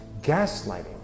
Gaslighting